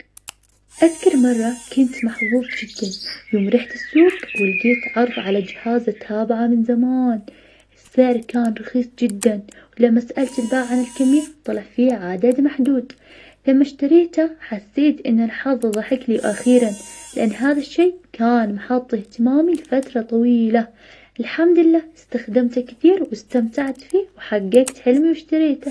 أذكر مرة كنت مسافر, وكل شي كان مرتب وجاهز, بس يوم وصلت المطار, اكتشفت ان جواز سفري ضايع, حسيت إن الدنيا وقفت في وجهي, وضيعت وقت طويل أبحث عنه, اضطريت ارجع واقعد في المطار, وأعدل وضع سفري, ما قدرت استمتع برحلتي, وقتي كله ضاع, من ذاك اليوم وأنا دايم أتأكد من كل شي قبل ما أسافر.